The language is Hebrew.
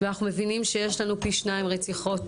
אנחנו מבינים שיש לנו פי שתיים רציחות.